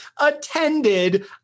attended